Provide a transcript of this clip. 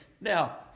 Now